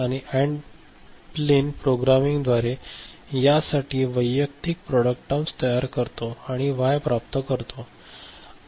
आणि and plain programming द्वारे यासाठी वैयक्तिक प्रॉडक्ट टर्म तयार करतो आणि वाय प्राप्त करतो